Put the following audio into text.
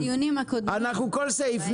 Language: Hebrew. נבדוק כל סעיף.